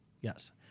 yes